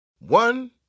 One